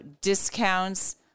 discounts